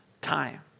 time